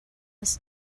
was